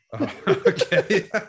okay